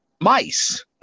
mice